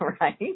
right